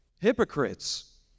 hypocrites